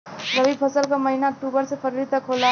रवी फसल क महिना अक्टूबर से फरवरी तक होला